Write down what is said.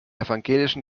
evangelischen